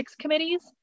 committees